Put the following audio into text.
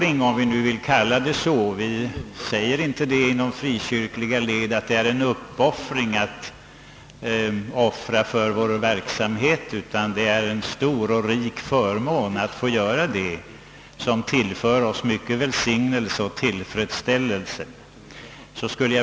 Inom de frikyrkliga leden säger vi emellertid inte, att det är fråga om en uppoffring när vi offrar för vår verksamhet, utan vi anser att det är en stor och rik förmån att få göra detta. Det är något som tillför oss stor välsignelse och tillfredsställelse.